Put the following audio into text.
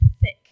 thick